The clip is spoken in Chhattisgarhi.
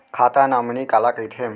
खाता नॉमिनी काला कइथे?